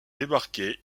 débarquer